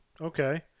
Okay